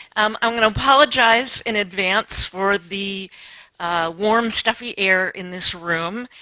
um i'm going to apologize in advance for the warm, stuffy air in this room.